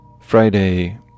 Friday